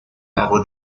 lago